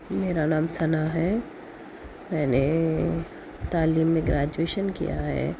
میرا نام ثنا ہے میں نے تعلیم میں گریجویشن کیا ہے